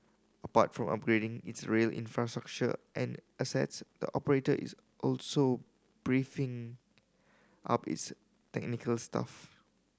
apart from upgrading its rail infrastructure and assets the operator is also up its technical staff